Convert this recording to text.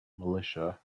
militia